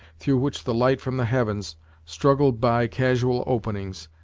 through which the light from the heavens struggled by casual openings,